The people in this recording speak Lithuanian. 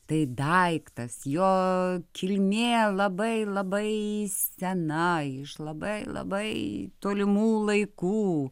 tai daiktas jo kilmė labai labai sena iš labai labai tolimų laikų